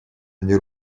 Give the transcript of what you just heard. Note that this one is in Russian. они